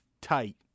tight